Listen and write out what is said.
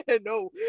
no